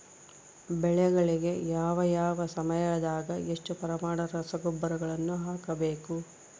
ಬೆಳೆಗಳಿಗೆ ಯಾವ ಯಾವ ಸಮಯದಾಗ ಎಷ್ಟು ಪ್ರಮಾಣದ ರಸಗೊಬ್ಬರವನ್ನು ಹಾಕಬೇಕು?